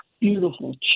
beautiful